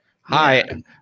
hi